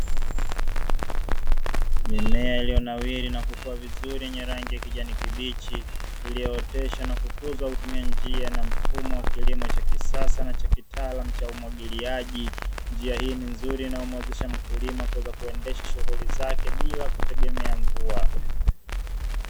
Mimea iliyonawiri na kukua vizuri yenye rangi ya kijani kibichi iliyooteshwa na kukuzwa, kwa kutumia njia na mfumo wa kilimo cha kisasa na cha kitaalamu cha umwagiliaji, njia hii ni nzuri inayomuwezesha mkulima kuweza kuendesha shughuli zake bila kutegemea mvua.